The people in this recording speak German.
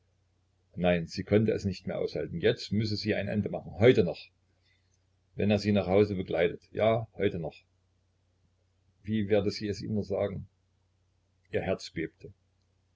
nein sie konnte es nicht mehr aushalten jetzt müsse sie ein ende machen heute noch wenn er sie nach hause begleitet ja heute noch wie werde sie es ihm nur sagen ihr herz bebte